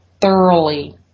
thoroughly